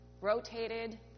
rotated